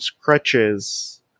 crutches